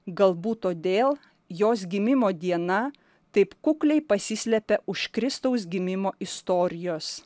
galbūt todėl jos gimimo diena taip kukliai pasislepia už kristaus gimimo istorijos